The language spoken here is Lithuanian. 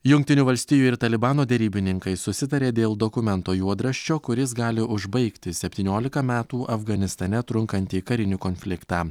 jungtinių valstijų ir talibano derybininkai susitarė dėl dokumento juodraščio kuris gali užbaigti septyniolika metų afganistane trunkantį karinį konfliktą